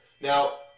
Now